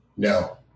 no